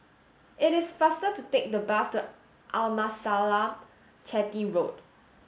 it is faster to take the bus to Amasalam Chetty Road